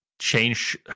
change